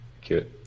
Cute